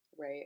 right